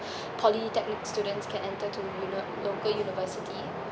polytechnic students can enter to unive~ local university